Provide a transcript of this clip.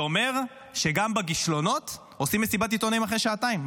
זה אומר שגם בכישלונות עושים מסיבת עיתונאים אחרי שעתיים,